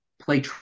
play